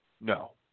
No